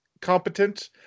competent